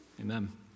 Amen